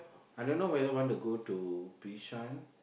I don't know whether want to go to Bishan